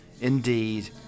indeed